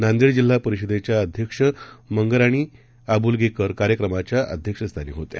नांदेडजिल्हापरिषदेच्याअध्यक्षमंगराणीअंबुलगेकरकार्यक्रमाच्याअध्यक्षस्थानीहोत्या